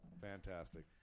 Fantastic